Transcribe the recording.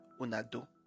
Unado